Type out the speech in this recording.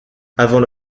avant